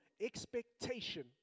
expectation